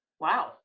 Wow